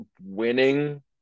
winning